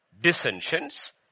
dissensions